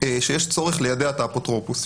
שיש צורך ליידע את האפוטרופוס.